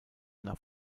nach